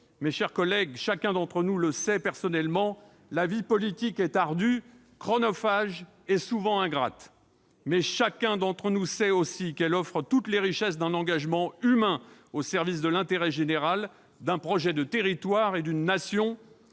Mes chers collègues, chacun d'entre nous le sait personnellement, la vie politique est ardue, chronophage et souvent ingrate. Mais chacun d'entre nous sait aussi qu'elle offre toutes les richesses d'un engagement humain au service de l'intérêt général, d'un projet de territoire, d'une Nation.